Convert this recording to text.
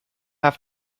have